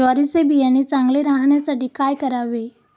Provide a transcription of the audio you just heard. ज्वारीचे बियाणे चांगले राहण्यासाठी काय करावे?